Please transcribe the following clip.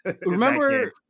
Remember